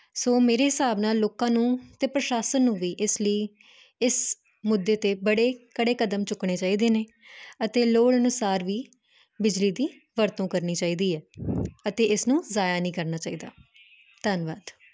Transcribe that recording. ਸੋ ਮੇਰੇ ਹਿਸਾਬ ਨਾਲ ਲੋਕਾਂ ਨੂੰ ਤੇ ਪ੍ਰਸ਼ਾਸਨ ਨੂੰ ਵੀ ਇਸ ਲਈ ਇਸ ਮੁੱਦੇ ਤੇ ਬੜੇ ਕੜੇ ਕਦਮ ਚੁੱਕਣੇ ਚਾਹੀਦੇ ਨੇ ਅਤੇ ਲੋੜ ਅਨੁਸਾਰ ਵੀ ਬਿਜਲੀ ਦੀ ਵਰਤੋਂ ਕਰਨੀ ਚਾਹੀਦੀ ਹੈ ਅਤੇ ਇਸ ਨੂੰ ਜਾਇਆ ਨਹੀਂ ਕਰਨਾ ਚਾਹੀਦਾ ਧੰਨਵਾਦ